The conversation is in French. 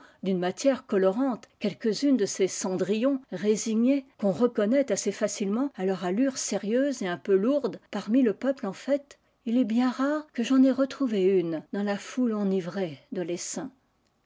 d'une matière colorante quelques-unes de ces cendrillons résignées qu'on reconnaît assez facilement à ip iir allure sérieuse et un peu lourde parmi le iple en fête il est bien rare que j'en aie reuvé une dans la foule enivrée de l'essaim